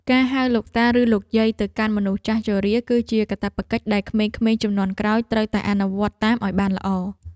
ការហៅលោកតាឬលោកយាយទៅកាន់មនុស្សចាស់ជរា គឺជាកាតព្វកិច្ចដែលក្មេងៗជំនាន់ក្រោយត្រូវតែអនុវត្តតាមឱ្យបានល្អ។